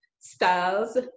styles